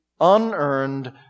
unearned